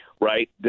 right